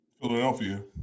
Philadelphia